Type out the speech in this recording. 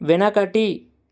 వెనకటి